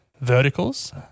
verticals